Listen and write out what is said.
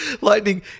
Lightning